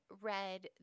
read